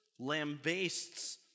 lambastes